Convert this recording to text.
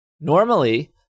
Normally